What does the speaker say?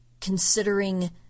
considering